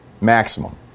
maximum